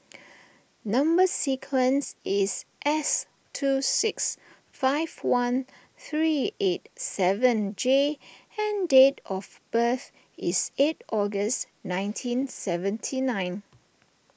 Number Sequence is S two six five one three eight seven J and date of birth is eight August nineteen seventy nine